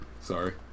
Sorry